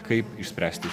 kaip išspręsti